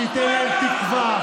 שייתן להם תקווה.